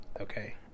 okay